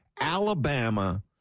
Alabama